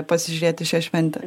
pasižiūrėt į šią šventę